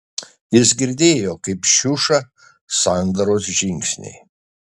jis girdėjo kaip šiuša sandros žingsniai